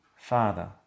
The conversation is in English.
Father